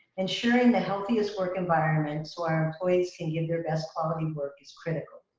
ensuring the healthiest work environments where employees can give their best quality work is critical.